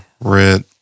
Red